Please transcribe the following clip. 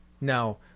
Now